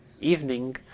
evening